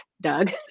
Doug